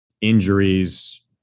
injuries